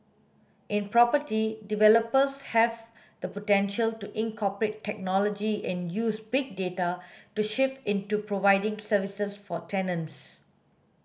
in property developers have the potential to incorporate technology and use Big Data to shift into providing services for tenants